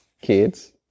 kids